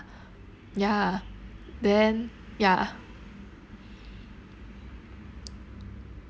ya then ya